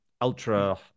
ultra